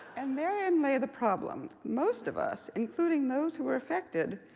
and therein lay the problem. most of us, including those who were affected,